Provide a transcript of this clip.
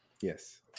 yes